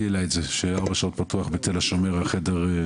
המוקד בתל השומר.